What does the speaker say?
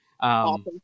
Awesome